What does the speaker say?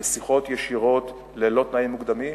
לשיחות ישירות ללא תנאים מוקדמים,